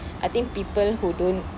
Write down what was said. I think people who don't